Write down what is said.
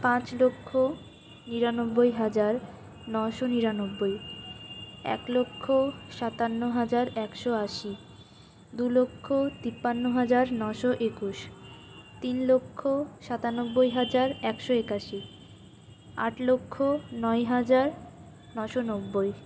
পাঁচ লক্ষ নিরানব্বই হাজার নশো নিরানব্বই এক লক্ষ সাতান্ন হাজার একশো আশি দু লক্ষ তিপ্পান্ন হাজার নশো একুশ তিন লক্ষ সাতানব্বই হাজার একশো একাশি আট লক্ষ নয় হাজার নশো নব্বই